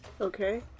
Okay